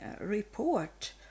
report